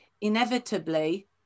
inevitably